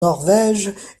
norvège